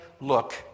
look